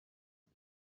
mal